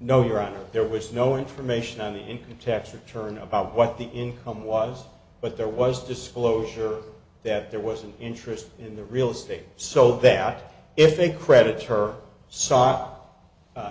no you're right there was no information on the income tax return about what the income was but there was disclosure that there was an interest in the real estate so that if a creditor her sock